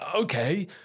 okay